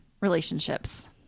relationships